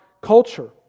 culture